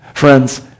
Friends